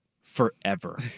forever